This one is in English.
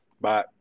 Bye